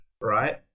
right